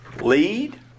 Lead